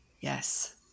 Yes